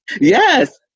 Yes